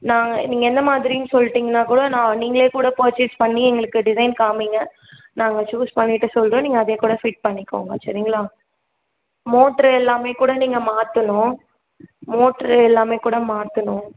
நாங்கள் நீங்கள் என்ன மாதிரி சொல்லிவிட்டீங்கன்னா கூட நான் நீங்களே கூட பர்ச்சேஸ் பண்ணி எங்களுக்கு டிசைன் காமிங்க நாங்கள் சூஸ் பண்ணிவிட்டு சொல்கிறோம் நீங்கள் அதே கூட ஃபிட் பண்ணிகோங்க சரிங்களா மோட்டர் எல்லாமே கூட நீங்கள் மாற்றணும் மோட்டர் எல்லாமே கூட மாற்றணும்